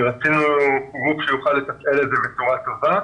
גף שיוכל לתפעל את זה בצורה טובה.